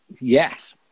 Yes